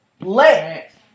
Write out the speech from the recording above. let